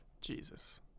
Jesus